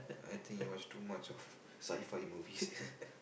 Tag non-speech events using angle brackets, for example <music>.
I think you watch too much of sci-fi movies <laughs>